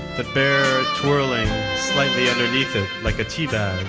the bear twirling slightly underneath it like a teabag. and